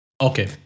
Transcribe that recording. Okay